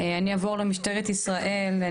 אני אעבור למשטרת ישראל.